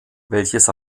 welches